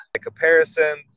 comparisons